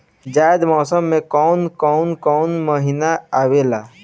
जायद मौसम में कौन कउन कउन महीना आवेला?